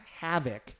havoc